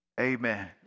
amen